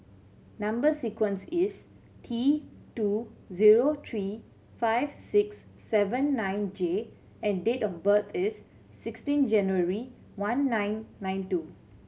number sequence is T two zero three five six seven nine J and date of birth is sixteen January one nine nine two